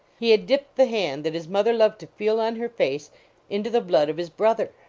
he had dipped the hand that his mother loved to feel on her face into the blood of his brother!